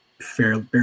fairly